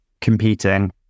competing